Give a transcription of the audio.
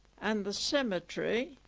and the cemetery,